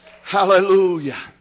Hallelujah